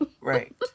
right